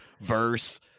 verse